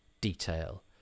detail